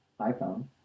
iPhone